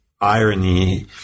irony